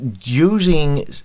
using